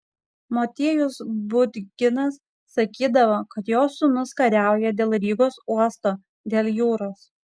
motiejus budginas sakydavo kad jo sūnus kariauja dėl rygos uosto dėl jūros